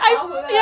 power ah